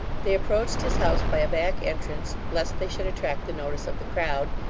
they approached his house by a back entrance, lest they should attract the notice of the crowd,